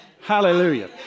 Hallelujah